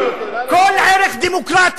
השנאה?